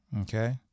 Okay